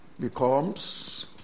becomes